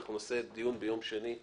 אז נקיים דיון ובו נצביע.